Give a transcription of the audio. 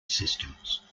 systems